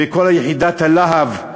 וכל יחידת "להב"